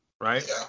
Right